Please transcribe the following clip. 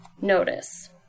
notice